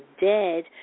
dead